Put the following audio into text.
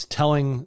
telling